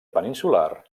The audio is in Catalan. peninsular